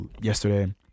yesterday